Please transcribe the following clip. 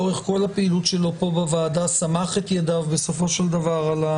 לאורך כל הפעילות שלו פה בוועדה סמך את ידיו בסופו של דבר,